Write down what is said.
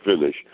finish